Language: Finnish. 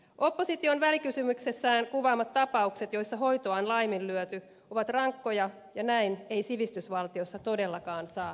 opposition välikysymyksessään kuvaamat tapaukset joissa hoitoa on laiminlyöty ovat rankkoja ja näin ei sivistysvaltiossa todellakaan saa olla